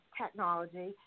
technology